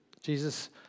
Jesus